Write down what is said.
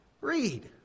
read